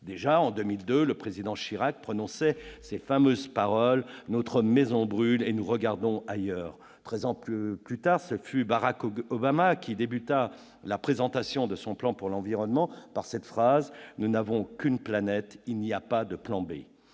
déjà, le président Chirac prononçait ces fameuses paroles :« Notre maison brûle et nous regardons ailleurs. » Treize ans plus tard, Barack Obama entamait la présentation de son plan pour l'environnement par cette phrase :« Nous n'avons qu'une planète : il n'y a pas de plan B.